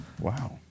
Wow